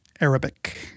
Arabic